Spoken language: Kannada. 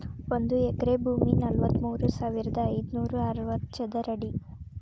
ಒಂದ ಎಕರೆ ಭೂಮಿ ನಲವತ್ಮೂರು ಸಾವಿರದ ಐದನೂರ ಅರವತ್ತ ಚದರ ಅಡಿ